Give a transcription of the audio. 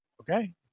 okay